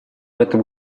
этом